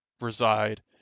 reside